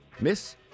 Miss